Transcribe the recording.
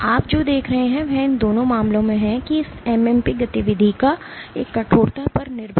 आप जो देख रहे हैं वह इन दोनों मामलों में है इस MMP गतिविधि का एक कठोरता पर निर्भर मॉडुलन है